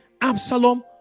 Absalom